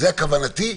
זו כוונתי.